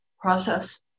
process